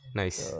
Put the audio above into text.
nice